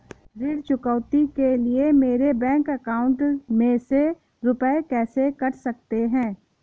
ऋण चुकौती के लिए मेरे बैंक अकाउंट में से रुपए कैसे कट सकते हैं?